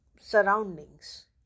surroundings